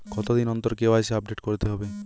কতদিন অন্তর KYC update করতে হবে?